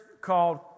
called